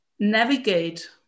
Navigate